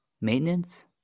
Maintenance